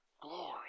glory